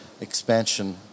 expansion